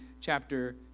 chapter